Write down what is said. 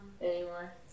anymore